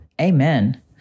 Amen